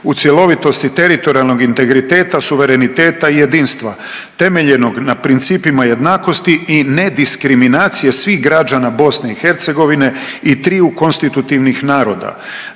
u cjelovitosti teritorijalnog integriteta, suvereniteta i jedinstva temeljenog na principima jednakosti i nediskriminacije svih građana Bosne i Hercegovine i triju konstitutivnih naroda.